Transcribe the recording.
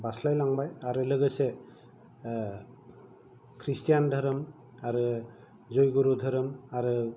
बारस्लायलांबाय आरो लोगोसे ख्रिष्टान धोरोम आरो जयगुरु धोरोम आरो